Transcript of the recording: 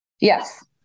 Yes